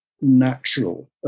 natural